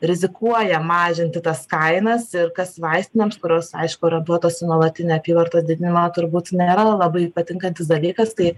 rizikuoja mažinti tas kainas ir kas vaistinėms kurios aišku orentuotos į nuolatinį apyvartos didinimą turbūt nėra labai patinkantis dalykas kai